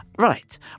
Right